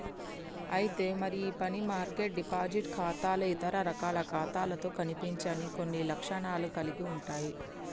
అయితే మరి ఈ మనీ మార్కెట్ డిపాజిట్ ఖాతాలు ఇతర రకాల ఖాతాలతో కనిపించని కొన్ని లక్షణాలను కలిగి ఉంటాయి